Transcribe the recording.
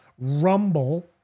Rumble